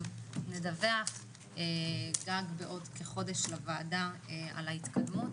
נדווח גג בעוד כחודש לוועדה על ההתקדמות.